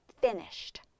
finished